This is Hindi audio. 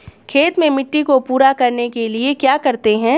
खेत में मिट्टी को पूरा करने के लिए क्या करते हैं?